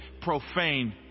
profane